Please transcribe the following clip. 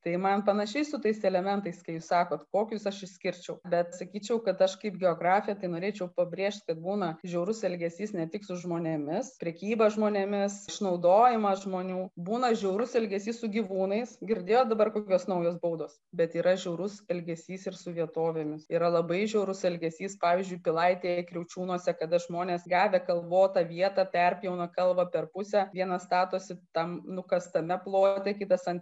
tai man panašiai su tais elementais kai sakote kokius aš išskirčiau bet sakyčiau kad aš kaip geografė tai norėčiau pabrėžt kad būna žiaurus elgesys ne tik su žmonėmis prekyba žmonėmis išnaudojimas žmonių būna žiaurus elgesys su gyvūnais girdėjot dabar kokios naujos baudos bet yra žiaurus elgesys ir su vietovėmis yra labai žiaurus elgesys pavyzdžiui pilaitėje kriaučiūnuose kada žmonės gavę kalvotą vietą perpjauna kalvą per pusę vienas statosi tam nukastame plojote kitas ant